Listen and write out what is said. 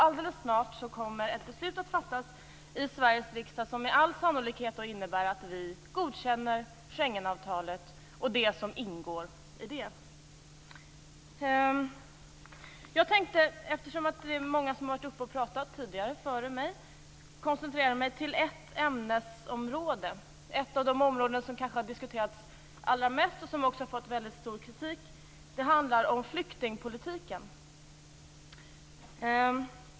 Alldeles snart kommer ett beslut att fattas i Sveriges riksdag som med all sannolikhet innebär att vi godkänner Schengenavtalet och det som ingår i det. Eftersom många har varit uppe i talarstolen och pratat före mig tänke jag koncentrerar mig på ett ämnesområde. Det är ett av de områden som kanske har diskuterats allra mest och som också har fått väldigt stor kritik. Det handlar om flyktingpolitiken.